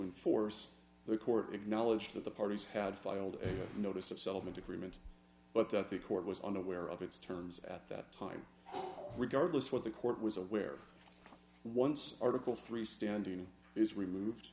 enforce the court acknowledged that the parties had filed a notice of settlement agreement but that the court was unaware of its terms at that time regardless what the court was aware of once article three standing is removed